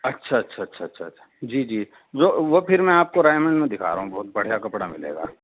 اچھا اچھا اچھا اچھا جی جی جو وہ پھر میں آپ کو میں دکھا رہا ہوں بہت بڑھیا کپڑا ملے گا